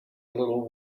little